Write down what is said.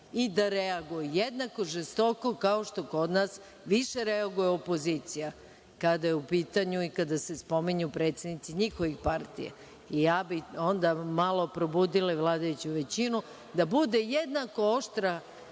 i da reaguju jednako žestoko, kao što kod nas više reaguje opozicija, kada su u pitanju i kada se spominju predsednici njihovih partija. Ja bih onda malo probudila i vladajuću većinu da bude jednako oštra,